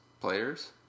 players